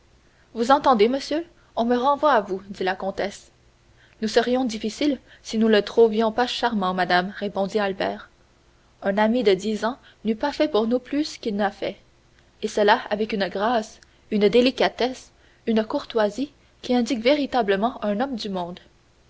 vous entendez monsieur on me renvoie à vous dit la comtesse nous serions difficiles si nous ne le trouvions pas charmant madame répondit albert un ami de dix ans n'eût pas fait pour nous plus qu'il n'a fait et cela avec une grâce une délicatesse une courtoisie qui indiquent véritablement un homme du monde